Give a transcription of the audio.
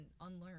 unlearn